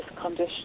condition